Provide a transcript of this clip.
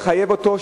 מחייב אותו,